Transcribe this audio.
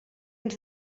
ens